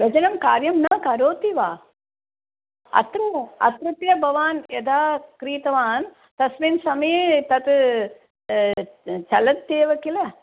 व्यजनं कार्यं न करोति वा अत्रैव अत्रत्य भवान् यदा क्रीतवान् तस्मिन् समये तत् चलत् एव किल